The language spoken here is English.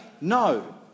No